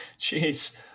Jeez